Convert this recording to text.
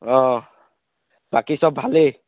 অঁ বাকী চব ভালেই